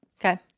okay